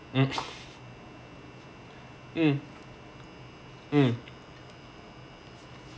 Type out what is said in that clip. mm mm mm